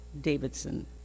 Davidson